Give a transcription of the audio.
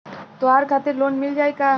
त्योहार खातिर लोन मिल जाई का?